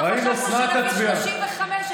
לא חשבנו שנביא 35,